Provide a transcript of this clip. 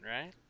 right